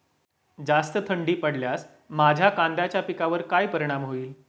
जास्त थंडी पडल्यास माझ्या कांद्याच्या पिकावर काय परिणाम होईल?